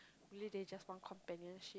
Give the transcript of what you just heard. really they just want companionship